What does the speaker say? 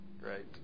Right